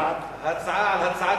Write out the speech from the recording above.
ההצבעה היא על הצעת